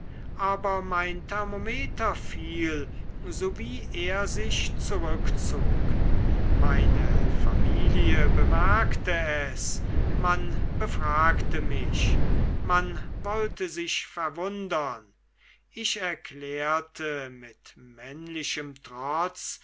aber mein thermometer fiel sowie er sich zurückzog meine familie bemerkte es man befragte mich man wollte sich verwundern ich erklärte mit männlichem trotz